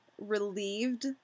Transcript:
Relieved